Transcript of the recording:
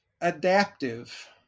adaptive